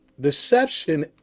Deception